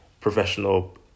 professional